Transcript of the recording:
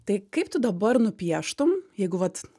tai kaip tu dabar nupieštum jeigu vat